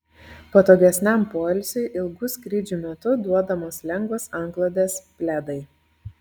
patogesniam poilsiui ilgų skrydžių metu duodamos lengvos antklodės pledai